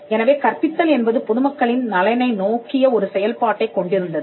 எனவே கற்பித்தல் என்பதுபொதுமக்களின் நலனை நோக்கிய ஒரு செயல்பாட்டைக் கொண்டிருந்தது